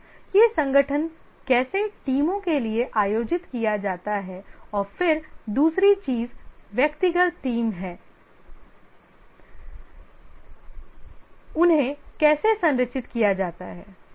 यह संगठन कैसे टीमों के लिए आयोजित किया जाता है और फिर दूसरी चीज व्यक्तिगत टीम है उन्हें कैसे संरचित किया जाता है